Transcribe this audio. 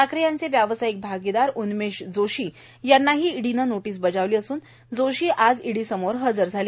ठाकरे यांचे व्यावसायिक भागीदार उन्मेश जोशी यांनाही ईडीनं नोटीस बजावती असुन जोशी आज ईडी समोर हजर झाले